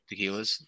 tequilas